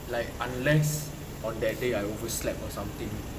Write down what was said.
like unless on that day I overslept or something